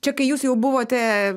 čia kai jūs jau buvote